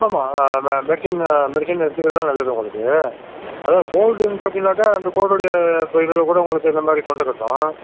ஆமாம் medicine medicine எடுத்துகிறது தான் நல்லது உங்களுக்கு அதான் கோல்டு இருந்துச்சு அப்படின்னாக்க அந்த கோல்டைய இப்போ இதில் கூட உங்களுக்கு இந்த மாதிரி தொண்டக்கட்டும்